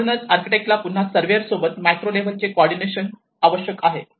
म्हणूनच आर्किटेक्टला पुन्हा सर्वेअर सोबत मायक्रो लेव्हलचे कॉर्डीनेशन आवश्यक आहे